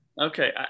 Okay